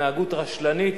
התנהגות רשלנית,